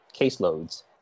caseloads